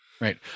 right